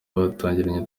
batangiranye